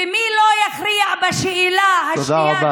ומי שלא יכריע בשאלה השנייה,